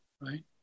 right